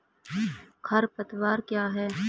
खरपतवार क्या है?